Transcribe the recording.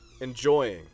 enjoying